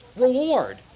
Reward